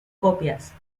copias